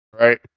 Right